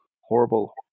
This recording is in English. Horrible